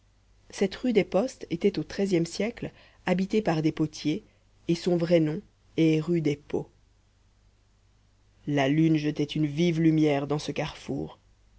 cette rue des postes était au treizième siècle habitée par des potiers et son vrai nom est rue des pots la lune jetait une vive lumière dans ce carrefour